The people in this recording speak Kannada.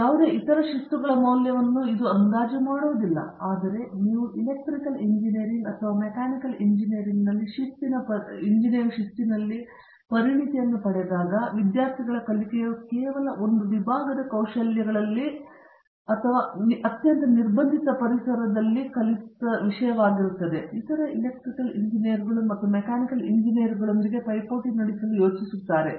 ಯಾವುದೇ ಇತರ ಶಿಸ್ತುಗಳ ಮೌಲ್ಯವನ್ನು ಇದು ಅಂದಾಜು ಮಾಡುವುದು ಅಲ್ಲ ಆದರೆ ನೀವು ಎಲೆಕ್ಟ್ರಿಕಲ್ ಎಂಜಿನಿಯರಿಂಗ್ ಅಥವಾ ಮೆಕ್ಯಾನಿಕಲ್ ಎಂಜಿನಿಯರಿಂಗ್ನಲ್ಲಿ ಶಿಸ್ತಿನ ಪರಿಣತಿಯನ್ನು ಪಡೆದಾಗ ವಿದ್ಯಾರ್ಥಿಗಳ ಕಲಿಕೆಯು ಕೇವಲ ಒಂದು ವಿಭಾಗದ ಕೌಶಲ್ಯಗಳಲ್ಲಿ ಮತ್ತು ಅತ್ಯಂತ ನಿರ್ಬಂಧಿತ ಪರಿಸರದಲ್ಲಿ ನೀವು ಕಲಿತಿದ್ದು ವಿಷಯವಾಗಿದೆ ಇತರ ಎಲೆಕ್ಟ್ರಿಕಲ್ ಇಂಜಿನಿಯರುಗಳು ಮತ್ತು ಮೆಕ್ಯಾನಿಕಲ್ ಎಂಜಿನಿಯರ್ಗಳೊಂದಿಗೆ ಪೈಪೋಟಿ ನಡೆಸಲು ಯೋಚಿಸುತ್ತಾರೆ